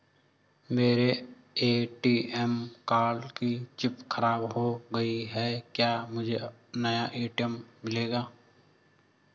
मेरे ATM card की chip खराब हो गयी है क्या मुझे नया ए.टी.एम मिलेगा?